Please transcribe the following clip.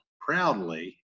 proudly